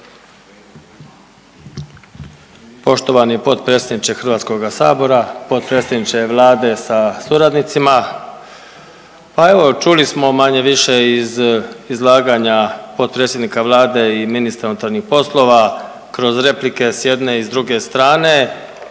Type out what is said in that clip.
Poštovani potpredsjedniče HS, potpredsjedniče Vlade sa suradnicima. Pa evo čuli smo manje-više iz izlaganja potpredsjednika Vlade i ministra unutarnjih poslova, kroz replike s jedne i s druge strane,